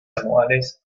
anuales